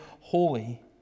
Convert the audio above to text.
holy